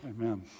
Amen